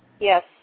Yes